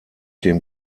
dem